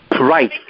Right